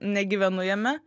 negyvenu jame